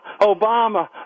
Obama